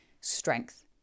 strength